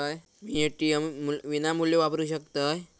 मी ATM विनामूल्य वापरू शकतय?